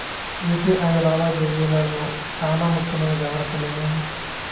UPI లావాదేవీల లో చానా ముఖ్యమైన జాగ్రత్తలు ఏమేమి?